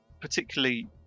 particularly